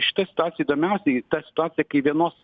šitoj situacijoj įdomiausiai ta situacija kai vienos